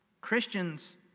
christians